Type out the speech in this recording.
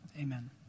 Amen